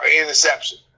interception